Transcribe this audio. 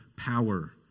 Power